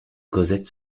cosette